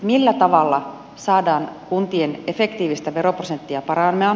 millä tavalla saadaan kuntien efektiivistä veroprosenttia paranna